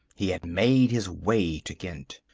he had made his way to ghent.